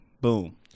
Boom